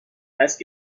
دست